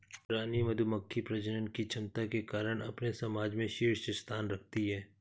रानी मधुमक्खी प्रजनन की क्षमता के कारण अपने समाज में शीर्ष स्थान रखती है